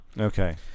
Okay